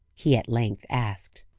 he at length asked.